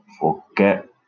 forget